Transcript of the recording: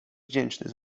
wdzięczny